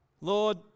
Lord